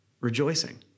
rejoicing